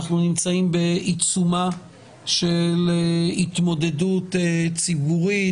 אנחנו נמצאים בעיצומה של התמודדות ציבורית